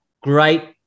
Great